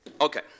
Okay